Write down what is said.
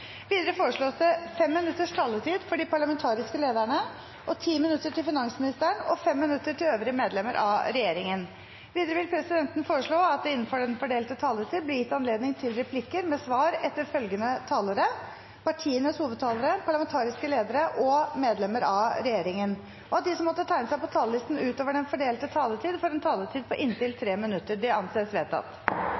Videre foreslås det 5 minutters taletid for de parlamentariske lederne, 10 minutter til finansministeren og 5 minutter til øvrige medlemmer av regjeringen. Videre vil presidenten foreslå at det – innenfor den fordelte taletid – blir gitt anledning til replikker med svar etter partienes hovedtalere, parlamentariske ledere og medlemmer av regjeringen, og at de som måtte tegne seg på talerlisten utover den fordelte taletid, får en taletid på inntil